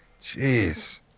Jeez